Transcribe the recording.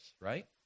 right